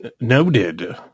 noted